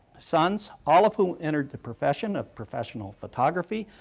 sons, all of whom entered the profession of professional photography.